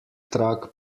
trak